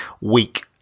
week